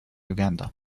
uganda